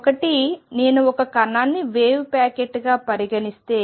ఒకటి నేను ఒక కణాన్ని వేవ్ ప్యాకెట్గా పరిగణిస్తే